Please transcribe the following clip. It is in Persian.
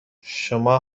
شما